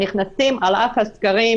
הם נכנסים על אף הסגרים.